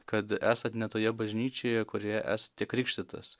kad esat ne toje bažnyčioje kurioje esate krikštytas